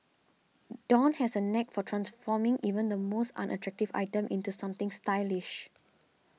Dawn has a knack for transforming even the most unattractive item into something stylish